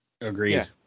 Agreed